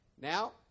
Now